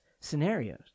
scenarios